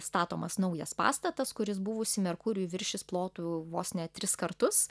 statomas naujas pastatas kuris buvusį merkurijų viršys plotu vos ne tris kartus